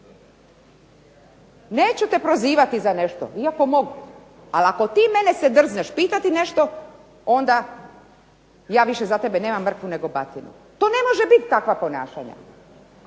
neću te prozivati za nešto iako mogu, ali ako ti mene se drzneš pitati nešto onda ja više za tebe više nemam mrkvu nego batinu. To ne može biti takva ponašanja,